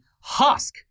husk